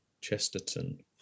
chesterton